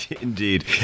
Indeed